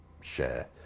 share